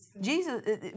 Jesus